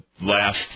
last